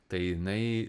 tai jinai